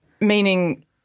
meaning